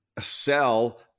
sell